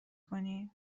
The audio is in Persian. کنی